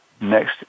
next